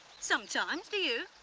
sometimes. do you?